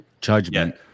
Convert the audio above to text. Judgment